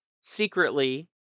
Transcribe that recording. secretly